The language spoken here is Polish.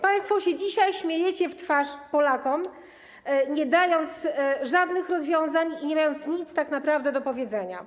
Państwo się dzisiaj śmiejecie w twarz Polakom, nie dając żadnych rozwiązań i nie mając tak naprawdę nic do powiedzenia.